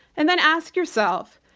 and then ask yourself,